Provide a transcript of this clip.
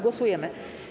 Głosujemy.